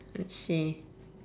let's see